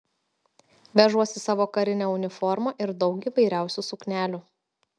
vežuosi savo karinę uniformą ir daug įvairiausių suknelių